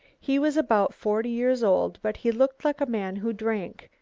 he was about forty years old, but he looked like a man who drank.